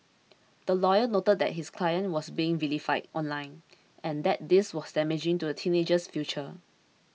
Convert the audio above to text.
the lawyer noted that his client was being vilified online and that this was damaging to the teenager's future